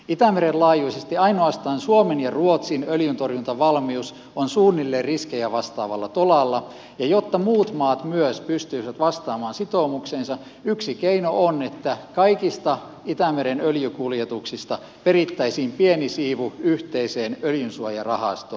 itämeren laajuisesti ainoastaan suomen ja ruotsin öljyntorjuntavalmius on suunnilleen riskejä vastaavalla tolalla ja jotta muut maat myös pystyisivät vastaamaan sitoumukseensa yksi keino on että kaikista itämeren öljykuljetuksista perittäisiin pieni siivu yhteiseen öljynsuojarahastoon